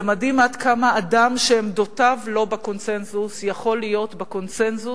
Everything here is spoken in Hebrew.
זה מדהים עד כמה אדם שעמדותיו לא בקונסנזוס יכול להיות בקונסנזוס.